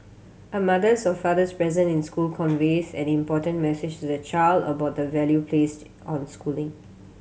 a mother's or father's presence in school conveys an important message to the child about the value placed on schooling